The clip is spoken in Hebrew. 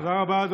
תודה רבה.